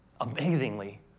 amazingly